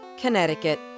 Connecticut